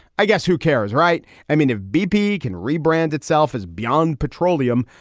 i guess who cares? right. i mean, if bp can rebrand itself as beyond petroleum,